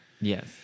Yes